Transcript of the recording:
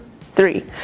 three